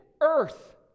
earth